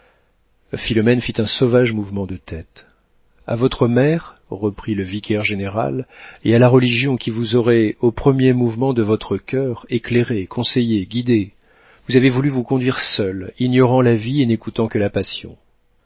philomène fit un sauvage mouvement de tête a votre mère reprit le vicaire-général et à la religion qui vous auraient au premier mouvement de votre coeur éclairée conseillée guidée vous avez voulu vous conduire seule ignorant la vie et n'écoutant que la passion